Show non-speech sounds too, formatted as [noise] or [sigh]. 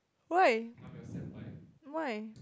why [noise] why